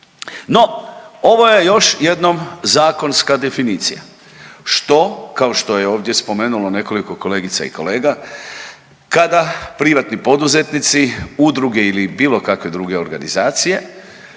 No, ovo je još jednom zakonska definicija što kao što je ovdje spomenulo nekoliko kolegica i kolega kada privatni poduzetnici, udruge ili bilo kakve druge organizacije